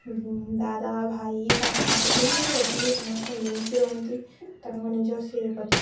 ଦାଦା ଭାଇ କାକା ଯେଉଁମାନେ ବି ଅଛନ୍ତି ସମସ୍ତେ ମିଳିମିଶି ରୁହନ୍ତି ତାଙ୍କ ନିଜ ସେ ପ୍ରତି